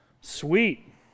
Sweet